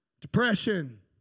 depression